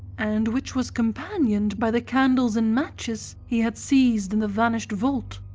and which was companioned by the candles and matches he had seized in the vanished vault.